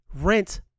rent